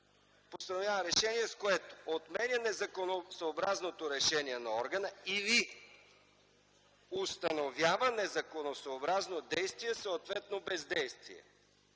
постановява решение, с което отменя незаконосъобразното решение на органа или установява незаконосъобразно действие, съответно бездействие”.